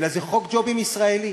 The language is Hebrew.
אלא זה חוק ג'ובים ישראלי.